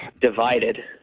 divided